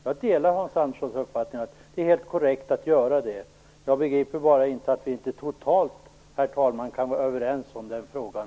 Jag delar alltså Hans Anderssons uppfattning. Det är helt korrekt att göra det. Jag begriper bara inte, herr talman, att vi i denna kammare inte kan vara totalt överens i den frågan.